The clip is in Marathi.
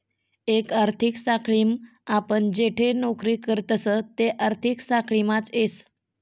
एक आर्थिक साखळीम आपण जठे नौकरी करतस ते आर्थिक साखळीमाच येस